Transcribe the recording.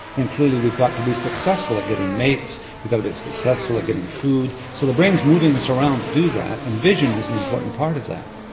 then clearly we've got to be successful at getting mates, we've got to be successful at getting food, so the brain is moving us around to do that, and vision is an important part of that.